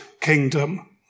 kingdom